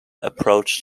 approached